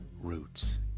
roots